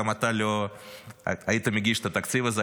גם אתה לא היית מגיש את התקציב הזה,